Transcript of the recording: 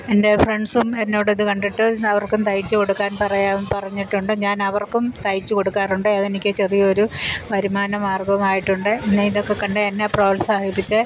എൻ്റെ ഫ്രൻസും എന്നോടിത് കണ്ടിട്ട് അവർക്കും തയ്ച്ച് കൊട്ക്കാൻ പറഞ്ഞിട്ടുണ്ട് ഞാനവർക്കും തയ്ച്ചുകൊടുക്കാറുണ്ട് അതെനിക്ക് ചെറിയൊരു വരുമാന മാർഗമായിട്ടുണ്ട് പിന്നെ ഇതൊക്കെ കണ്ട് എന്നെ പ്രോത്സാഹിപ്പിച്ച്